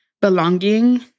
belonging